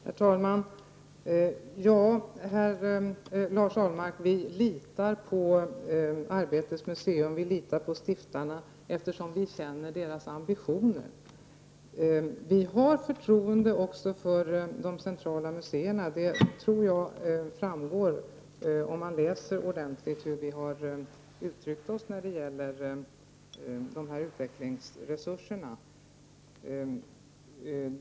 Herr talman! Lars Ahlmark, vi litar på Arbetets museum, och vi litar på stiftarna, eftersom vi känner till deras ambitioner. Vi har även förtroende för de centrala museerna. Det tror jag framgår om man läser hur vi har uttryckt oss när det gäller dessa utvecklingsresurser.